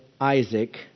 Isaac